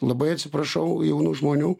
labai atsiprašau jaunų žmonių